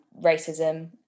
racism